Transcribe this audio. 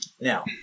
Now